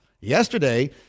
Yesterday